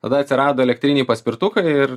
tada atsirado elektriniai paspirtukai ir